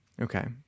okay